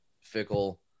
Fickle